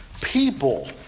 People